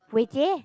Wei-jie